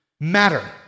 matter